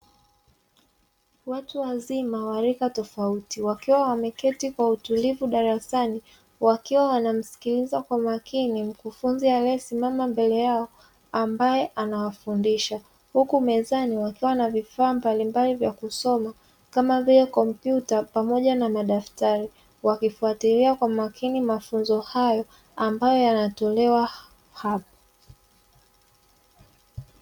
Watu wazima wa rika tofauti wakiwa wameketi kwa utulivu darasani, wakiwa wanamsikiliza kwa makini mkufunzi aliyesimama mbele yao ambaye anawafundisha. Huku mezani wakiwa na vifaa mbalimbali vya kusoma, kama vile kompyuta pamoja na madaftari; wakifuatilia kwa makini mafunzo hayo ambayo yanatolewa hapo.